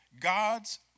God's